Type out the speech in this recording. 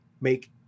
make